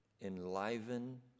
enliven